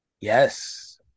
Yes